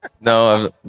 No